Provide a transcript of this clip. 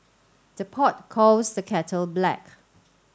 the pot calls the kettle black